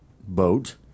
boat